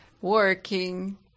working